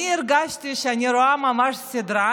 הרגשתי שאני רואה ממש סדרה